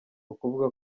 ukuvuga